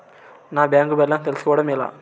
నా bank balance తెలుస్కోవడం ఎలా?